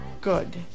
good